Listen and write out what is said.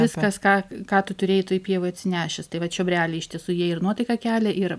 viskas ką ką tu turėjai toj pievoj atsinešęs tai va čiobreliai iš tiesų jie ir nuotaiką kelia ir